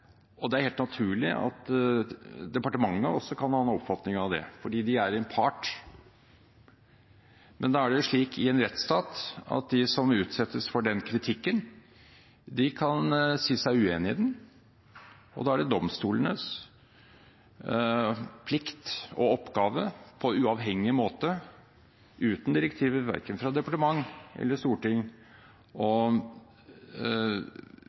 Det er også helt naturlig at departementet kan ha en oppfatning av det, fordi de er en part. Men det er jo slik i en rettsstat at de som utsettes for en slik kritikk, kan si seg uenig i den. Da er det domstolenes plikt og oppgave på uavhengig måte – uten direktiver fra verken departement eller storting